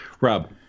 Rob